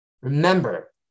Remember